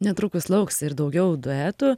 netrukus lauks ir daugiau duetų